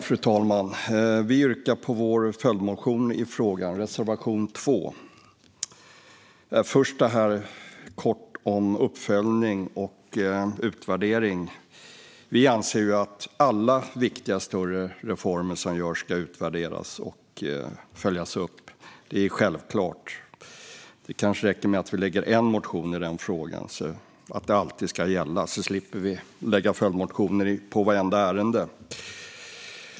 Fru talman! Jag yrkar bifall till vår följdmotion i frågan, reservation 2. Först vill jag säga något kort om uppföljning och utvärdering. Vi anser att alla viktiga, större reformer som görs ska utvärderas och följas upp. Det är självklart. Det kanske räcker med att vi väcker en enda motion i den frågan, om att detta alltid ska gälla, så slipper vi väcka följdmotioner i vartenda ärende.